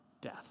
death